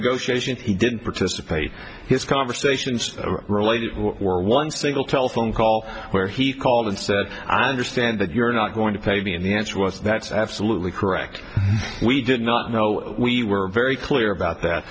negotiations he did participate his conversations related were one single telephone call where he called and said i understand that you're not going to pay me and the answer was that's absolutely correct we did not know we were very clear about that